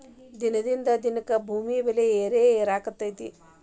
ದಿನದಿಂದ ದಿನಕ್ಕೆ ಭೂಮಿ ಬೆಲೆ ಏರೆಏರಾತೈತಿ